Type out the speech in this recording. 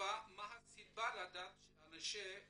4. מה הסיבה, לדעת אנשי המקצוע,